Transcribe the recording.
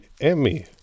Emmy